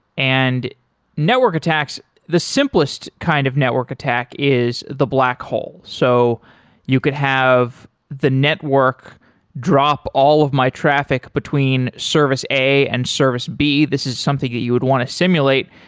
and network attacks, the simplest kind of network attack is the black hole. so you could have the network drop all of my traffic between service a and service b. this is something that you would want to simulate,